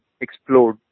explode